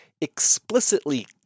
explicitly